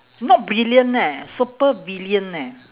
not brilliant eh supervillain eh